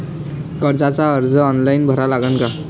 कर्जाचा अर्ज ऑनलाईन भरा लागन का?